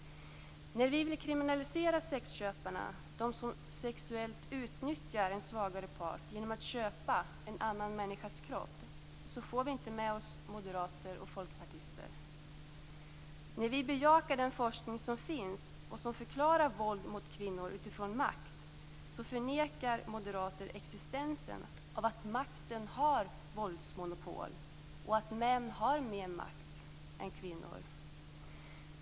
När vi vill kriminalisera sexköparna - de som sexuellt utnyttjar en svagare part genom att köpa en annan människas kropp - får vi inte med oss moderater och folkpartister. När vi bejakar den forskning som finns och som förklarar våld mot kvinnor utifrån makt förnekar moderater existensen av att makt har våldsmonopol och att män har mer makt än kvinnor.